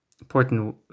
important